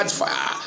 fire